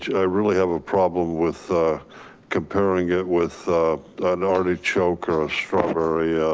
i really have a problem with comparing it with an artichoke or a strawberry. ah